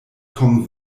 kommen